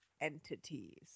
entities